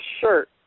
shirt